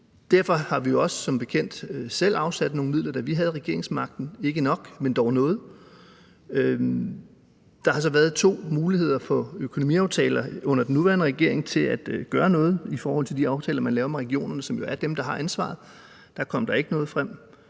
bekendt også selv afsat nogle midler, da vi havde regeringsmagten, altså ikke nok, men dog noget. Der har så været to muligheder for økonomiaftaler under den nuværende regering til at gøre noget i forhold til de aftaler, som man laver med regionerne, som jo er dem, der har ansvaret, og der kom der ikke noget frem.